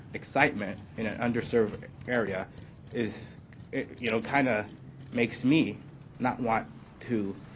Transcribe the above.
excitement, in an under served area is you know kind of makes me not want to